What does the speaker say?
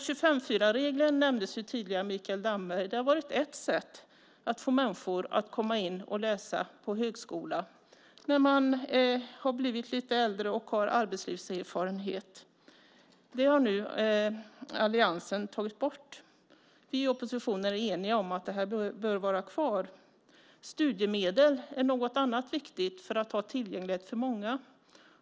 25:4-regeln nämndes tidigare av Mikael Damberg. Den har varit ett sätt att få människor att läsa på högskola när de har blivit lite äldre och fått arbetslivserfarenhet. Det har nu alliansen tagit bort. Vi i oppositionen är eniga om att regeln bör vara kvar. Studiemedel är också viktigt för att ge tillgänglighet för många.